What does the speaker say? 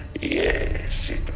Yes